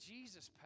Jesus